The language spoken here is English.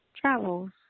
travels